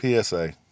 PSA